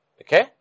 Okay